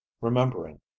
remembering